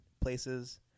places